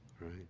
Right